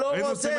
אני לא רוצה.